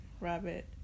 rabbit